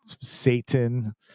Satan